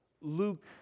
Luke